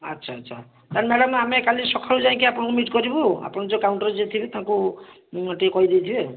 ଆଚ୍ଛା ଆଚ୍ଛା ମାନେ ମ୍ୟାଡ଼ାମ ଆମେ କାଲି ସକାଳୁ ଯାଇକି ଆପଣଙ୍କୁ ମିଟ୍ କରିବୁ ଆପଣ ଯେଉଁ କାଉଣ୍ଟର୍ରେ ଯିଏ ଥିବେ ତାଙ୍କୁ ଟିକିଏ କହି ଦେଇଥିବେ ଆଉ